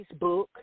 Facebook